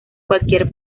cualquier